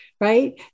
right